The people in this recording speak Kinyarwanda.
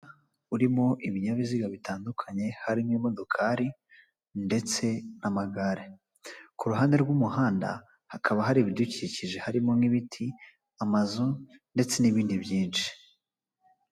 Urimo ibinyabiziga bitandukanye harimo imodokari ndetse n'amagare, ku ruhande rw'umuhanda hakaba hari ibidukikije, harimo nk'ibiti, amazu ndetse n'ibindi byinshi.